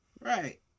Right